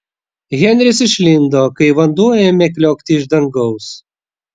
henris išlindo kai vanduo ėmė kliokti iš dangaus